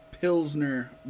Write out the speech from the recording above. Pilsner